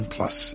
Plus